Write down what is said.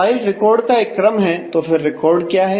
file record का एक क्रम है तो फिर रिकॉर्ड क्या है